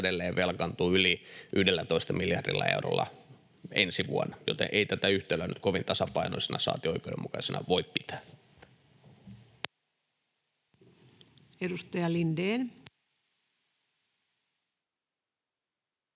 edelleen velkaantuu yli 11 miljardilla eurolla ensi vuonna. Joten ei tätä yhtälöä nyt kovin tasapainoisena, saati oikeudenmukaisena, voi pitää. [Speech